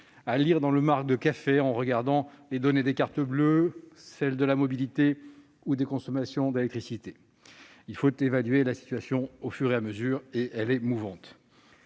à lire dans le marc de café : les données des cartes bleues, celles de la mobilité ou de la consommation d'électricité. Il faut évaluer la situation au fur et à mesure ; or elle est mouvante.